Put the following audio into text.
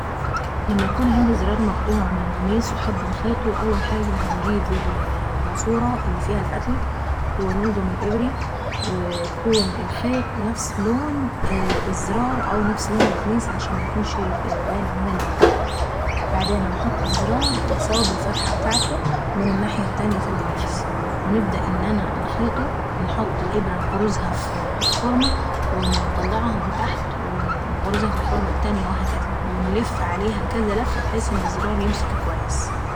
لما يكون عندي زرار مقطوع من قميص وحابة ان انا انخيطه هنجيب الماسورة اللي فيه الفتلي ونلضم الابرة ويكون الخيط نفس لون الزرار او القميص عشان ميبانش ان هو امقطع. بعدين هنحط الزرار قصاد الفتحة ابتاعته من الناحية التانية من القميص ونبدا ان انا انخيطه، ونحط الابرة ونغرزها في الخرمة ونطلعها من تحت ونغرزها في الخرمة التانية وهكذي. ونلف عليها كذا لفة ابحيث ان الزرار يمسك اكويس.